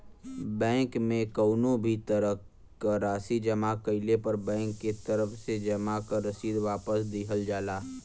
bank में कउनो भी तरह क राशि जमा कइले पर बैंक के तरफ से जमा क रसीद वापस दिहल जाला